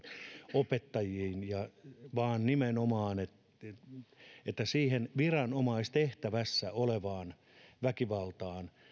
opettajiin vaan nimenomaan siihen viranomaistehtävässä olevaan kohdistuvaan väkivaltaan